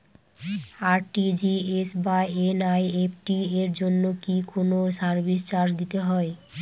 RTGS বা NEFT এর জন্য কি কোনো সার্ভিস চার্জ দিতে হয়?